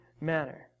manner